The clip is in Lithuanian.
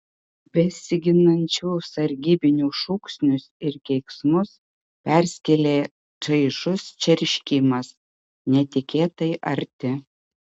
besiginančių sargybinių šūksnius ir keiksmus perskėlė čaižus čerškimas netikėtai arti